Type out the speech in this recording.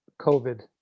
COVID